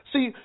See